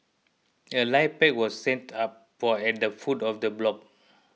a life pack was set up for at the foot of the block